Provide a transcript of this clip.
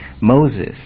Moses